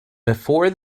before